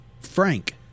Frank